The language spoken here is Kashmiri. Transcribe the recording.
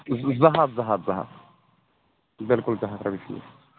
زٕ ہَتھ زٕ ہَتھ زٕ ہَتھ بِلکُل زٕ ہَتھ رۄپیہِ فیٖس